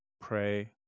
pray